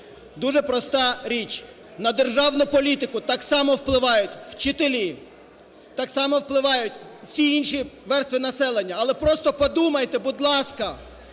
Дуже проста річ. На державну політику так само впливають вчителі, так само впливають всі інші верстви населення. Але просто подумайте, будь ласка,